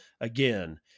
again